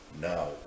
now